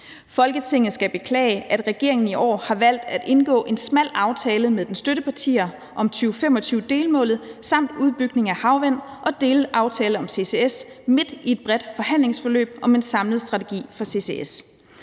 Folketinget beklager, at regeringen i år har valgt at indgå en smal aftale med dens støttepartier om 2025-delmålet samt udbygning af havvind og delaftale om CCS midt i et bredt forhandlingsforløb om en samlet strategi for CCS.